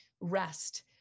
rest